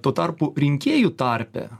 tuo tarpu rinkėjų tarpe